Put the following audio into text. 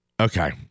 Okay